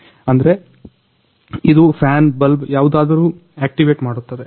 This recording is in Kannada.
ಅಂದ್ರೆ ಇದು ಫ್ಯಾನ್ ಬಲ್ಬ್ ಯಾವುದಾದರು ಯಾಕ್ಟಿವೇಟ್ ಮಾಡುತ್ತದೆ